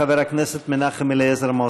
חבר הכנסת מנחם אליעזר מוזס.